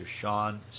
Sean